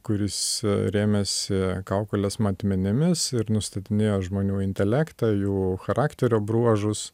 kuris rėmėsi kaukolės matmenimis ir nustatinėjo žmonių intelektą jų charakterio bruožus